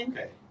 Okay